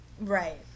Right